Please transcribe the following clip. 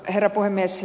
herra puhemies